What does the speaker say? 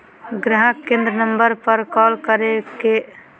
गाहक केंद्र नम्बर पर कॉल करके भी आवेदन या रिक्वेस्ट के स्टेटस जानल जा सको हय